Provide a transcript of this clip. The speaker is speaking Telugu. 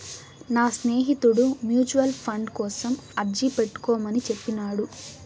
నా స్నేహితుడు మ్యూచువల్ ఫండ్ కోసం అర్జీ పెట్టుకోమని చెప్పినాడు